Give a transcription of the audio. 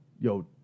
yo